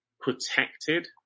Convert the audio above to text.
protected